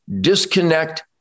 disconnect